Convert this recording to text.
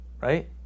right